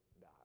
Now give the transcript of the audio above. die